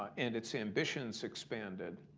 and its ambitions expanded,